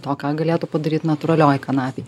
to ką galėtų padaryt natūralioj kanapėj